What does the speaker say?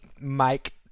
Mike